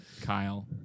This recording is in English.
Kyle